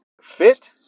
fit